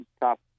top